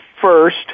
first